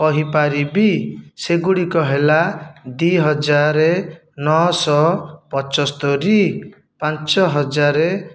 କହିପାରିବି ସେଗୁଡ଼ିକ ହେଲା ଦୁଇହଜାର ନଅଶହ ପଞ୍ଚସ୍ତରି ପାଞ୍ଚହଜାର